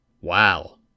Wow